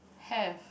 have